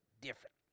different